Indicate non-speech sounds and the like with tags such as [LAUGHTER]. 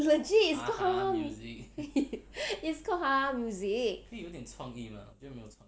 legit it's call haha [LAUGHS] it's call haha music